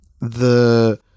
the-